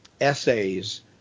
essays